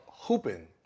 hooping